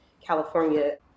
California